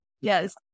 Yes